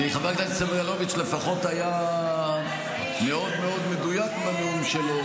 כי חבר הכנסת סגלוביץ' לפחות היה מאוד מדויק בנאום שלו,